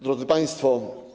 Drodzy Państwo!